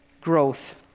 growth